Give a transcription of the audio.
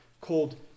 called